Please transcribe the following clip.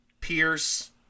Pierce